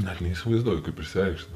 net neįsivaizduoju kaip išsireikšti